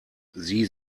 sie